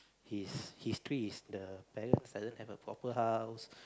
his history is the parents doesn't have a proper house